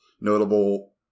notable